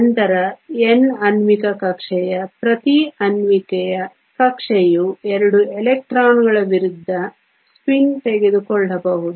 ನಂತರ N ಆಣ್ವಿಕ ಕಕ್ಷೆಯ ಪ್ರತಿ ಆಣ್ವಿಕ ಕಕ್ಷೆಯು 2 ಎಲೆಕ್ಟ್ರಾನ್ಗಳ ವಿರುದ್ಧ ಸ್ಪಿನ್ ತೆಗೆದುಕೊಳ್ಳಬಹುದು